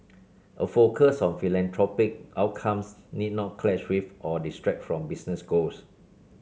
a focus on philanthropic outcomes need not clash with or distract from business goals